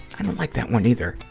i don't like that one either.